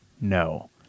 no